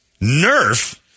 Nerf